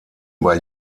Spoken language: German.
über